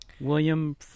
William